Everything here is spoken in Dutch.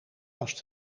was